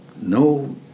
no